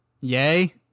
Yay